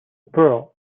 pearl